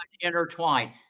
Intertwined